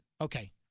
Okay